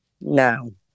No